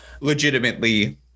legitimately